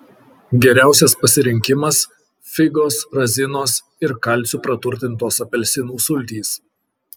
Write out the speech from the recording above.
geriausias pasirinkimas figos razinos ir kalciu praturtintos apelsinų sultys